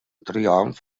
triomf